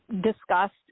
discussed